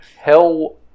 hell